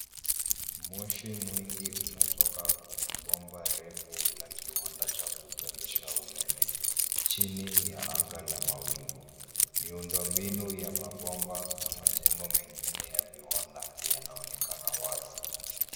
Moshi mwingi unatoka kwenye bomba refu la kiwanda cha kuzalisha umeme chini ya anga la mawingu. Miundo mbinu ya mabomba na majengo mengine ya viwanda yanaonekana wazi.